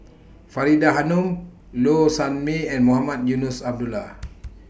Faridah Hanum Low Sanmay and Mohamed Eunos Abdullah